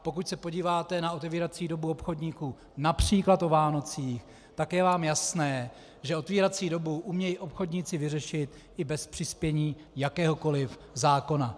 Pokud se podíváte na otevírací dobu obchodníků například o Vánocích, tak je vám jasné, že otevírací dobu umějí obchodníci vyřešit i bez přispění jakéhokoli zákona.